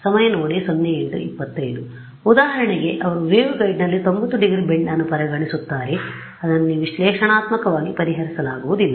ಆದ್ದರಿಂದ ಉದಾಹರಣೆಗೆ ಅವರು ವೇವ್ಗೈಡ್ನಲ್ಲಿ 90 ಡಿಗ್ರಿ ಬೆಂಡ್ ಅನ್ನು ಪರಿಗಣಿಸುತ್ತಾರೆ ಅದನ್ನು ನೀವು ವಿಶ್ಲೇಷಣಾತ್ಮಕವಾಗಿ ಪರಿಹರಿಸಲಾಗುವುದಿಲ್ಲ